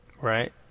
Right